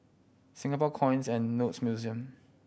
Singapore Coins and Notes Museum